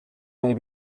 may